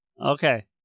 Okay